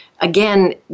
again